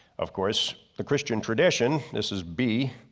of course, the christian tradition, this is b,